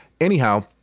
Anyhow